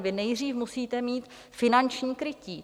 Vy nejdřív musíte mít finanční krytí.